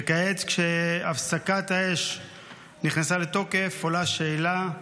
וכעת, כשהפסקת האש נכנסה לתוקף, עולה השאלה: